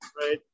right